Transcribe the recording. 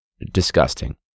disgusting